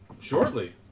shortly